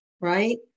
right